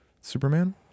Superman